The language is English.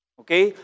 okay